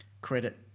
Credit